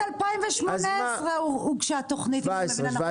2018 הוגשה תכנית אם אני מבינה נכון.